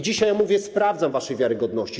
Dzisiaj mówię: sprawdzam waszą wiarygodność.